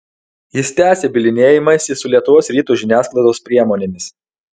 jis tęsia bylinėjimąsi su lietuvos ryto žiniasklaidos priemonėmis